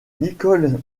nicole